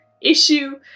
issue